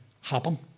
happen